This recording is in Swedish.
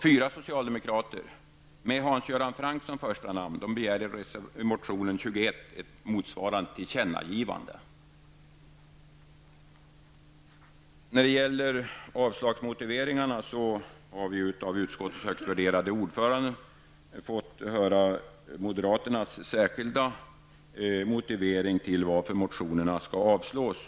Fyra socialdemokrater med Hans Göran Franck i spetsen begär i motion 21 ett motsvarande tillkännagivande. Vi har av utskottets högt värderade ordförande fått höra moderaternas särskilda motivering till att motionerna skall avslås.